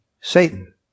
Satan